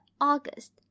August